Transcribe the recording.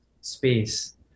space